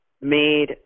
made